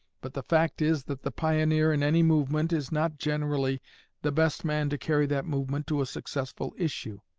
but the fact is that the pioneer in any movement is not generally the best man to carry that movement to a successful issue.